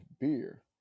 beer